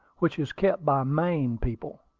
which is kept by maine people.